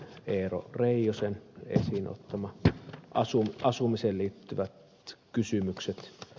eero reijosen esiin ottamat asumiseen liittyvät kysymykset